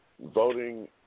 voting